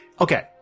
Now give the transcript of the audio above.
Okay